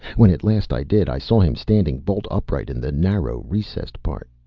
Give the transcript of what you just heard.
when at last i did i saw him standing bolt-upright in the narrow recessed part.